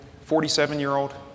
47-year-old